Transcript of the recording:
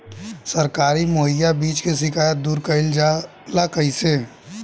सरकारी मुहैया बीज के शिकायत दूर कईल जाला कईसे?